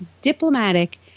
diplomatic